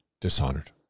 dishonored